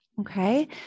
Okay